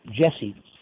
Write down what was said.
Jesse